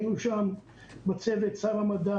היינו שם בצוות עם שר המדע,